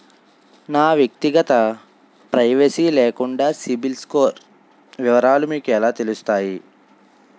నా వ్యక్తిగత ప్రైవసీ లేకుండా సిబిల్ స్కోర్ వివరాలు మీకు ఎలా తెలుస్తాయి?